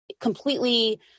Completely